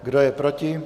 Kdo je proti?